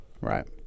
Right